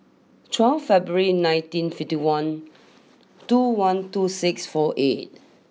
twelve February nineteen fifty one two one two six four eight